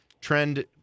trend